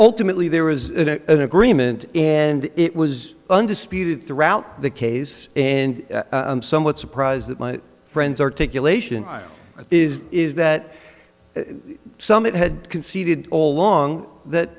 ultimately there was an agreement and it was undisputed throughout the case and i'm somewhat surprised that my friends articulation is is that some it had conceded all along that